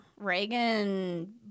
Reagan